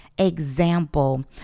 example